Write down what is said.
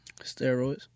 Steroids